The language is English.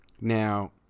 Now